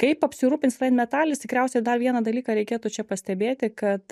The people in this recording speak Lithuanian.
kaip apsirūpins rainmetalis tikriausiai dar vieną dalyką reikėtų čia pastebėti kad